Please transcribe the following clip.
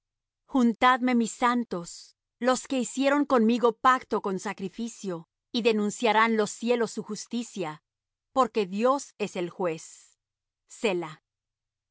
juntadme mis santos los que hicieron conmigo pacto con sacrificio y denunciarán los cielos su justicia porque dios es el juez